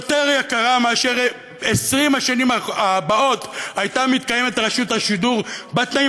יותר גבוהה מאשר אם ב-20 השנים הבאות הייתה מתקיימת רשות השידור בתנאים